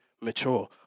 mature